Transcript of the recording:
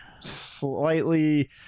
slightly